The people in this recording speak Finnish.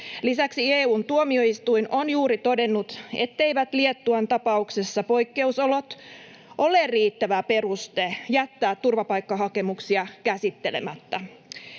Lisäksi EU:n tuomioistuin on juuri todennut, etteivät Liettuan tapauksessa poikkeusolot ole riittävä peruste jättää turvapaikkahakemuksia käsittelemättä.